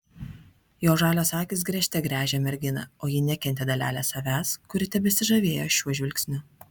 jo žalios akys gręžte gręžė merginą o ji nekentė dalelės savęs kuri tebesižavėjo šiuo žvilgsniu